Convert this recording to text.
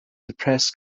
depressed